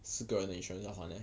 四个人的 insurance 要还 leh